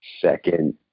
second